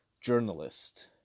journalist